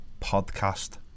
podcast